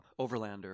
Overlander